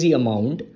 amount